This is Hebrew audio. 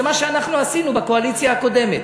זה מה שאנחנו עשינו בקואליציה הקודמת.